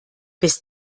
bis